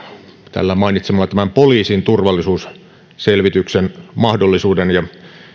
täällä mainitsemalla poliisin turvallisuusselvityksen mahdollisuuden ja